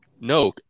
No